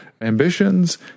ambitions